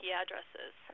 addresses